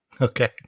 Okay